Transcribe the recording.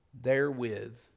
therewith